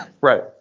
Right